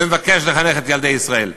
ומבקש לחנך את ילדי ישראל.